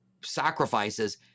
sacrifices